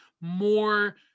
More